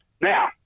Now